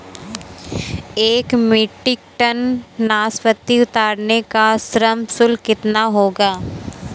एक metric tonne नाशपाती उतारने का श्रम शुल्क कितना होगा?